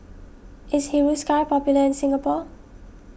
is Hiruscar popular in Singapore